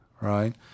right